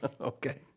Okay